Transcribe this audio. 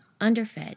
underfed